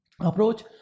approach